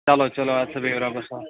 چَلو چَلو اَدٕ سا بِہِو رۄبَس حَوال